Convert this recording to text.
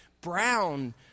brown